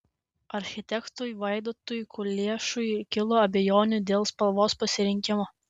architektui vaidotui kuliešiui kilo abejonių dėl spalvos pasirinkimo